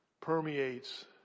permeates